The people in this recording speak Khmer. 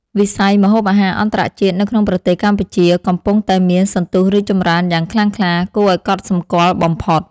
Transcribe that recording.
វិស័យម្ហូបអាហារអន្តរជាតិនៅក្នុងប្រទេសកម្ពុជាកំពុងតែមានសន្ទុះរីកចម្រើនយ៉ាងខ្លាំងក្លាគួរឱ្យកត់សម្គាល់បំផុត។